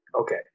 Okay